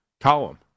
column